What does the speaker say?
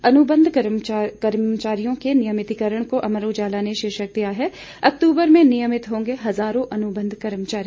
अनुबंध कर्मचारियों के नियमितीकरण को अमर उजाला ने शीर्षक दिया है अक्तूबर में नियमित होंगे हजारों अनुबंध कर्मचारी